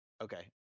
Okay